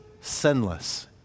sinless